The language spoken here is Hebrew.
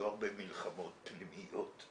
מלחמות פנימיות.